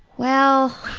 well,